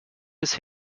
des